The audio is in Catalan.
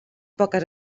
poques